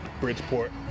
Bridgeport